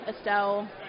Estelle